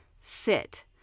sit